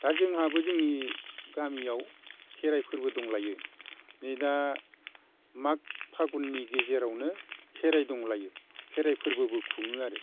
दा जोंहाबो जोंनि गामियाव खेराइ फोरबो दंलायो नै दा माघ फागुननि गेजेरावनो खेराइ दंलायो खेराइ फोरबोबो खुङो आरो